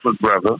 brother